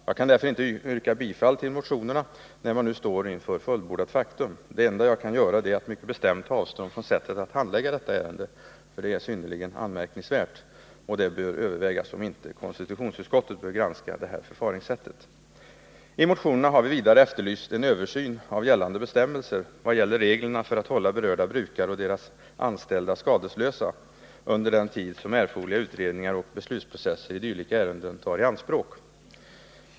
Jag kan inte yrka bifall till motionerna, eftersom man nu står inför fullbordat faktum. Det enda jag kan göra är att mycket bestämt ta avstånd från sättet att handlägga detta ärende, för det är synnerligen anmärkningsvärt. Det bör övervägas, om inte konstitutionsut skottet bör granska detta förfaringssätt. I motionerna har vi vidare efterlyst en översyn av gällande bestämmelser vad gäller reglerna för att hålla berörda brukare och deras anställda skadeslösa under den tid som erforderliga utredningar och beslutsprocesser i dylika ärenden tar i anspråk.